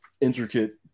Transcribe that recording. intricate